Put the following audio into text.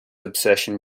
obsession